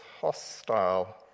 hostile